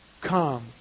Come